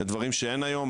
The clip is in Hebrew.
אלה דברים שאין היום.